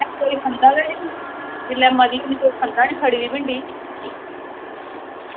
ते कोई खंदा गै नेईं ते कोई खंदा गै नेईं सड़ी दी भिंडी